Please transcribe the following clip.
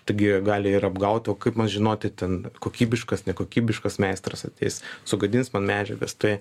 taigi gali ir apgauti o kaip man žinoti ten kokybiškas nekokybiškas meistras ateis sugadins medžiagas tai